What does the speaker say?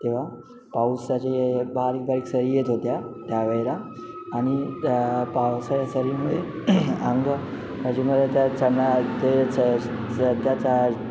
तेव्हा पाऊसाचे बारीक बारीक सरी येत होत्या त्या वेळेला आणि पाऊसा सरीमुळे अंग मजे म त्या चांना ते त्याचा